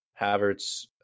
Havertz